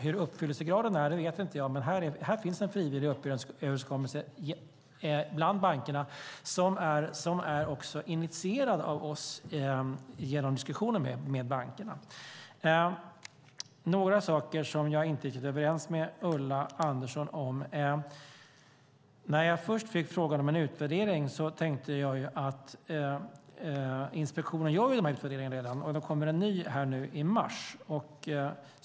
Hur uppfyllelsegraden är vet jag inte, men här finns en frivillig överenskommelse bland bankerna som är initierad av oss genom diskussioner med bankerna. Det är några saker som jag inte är riktigt överens med Ulla Andersson om. När jag först fick frågan om en utvärdering tänkte jag: Inspektionen gör den här utvärderingen redan, och det kommer en ny i mars.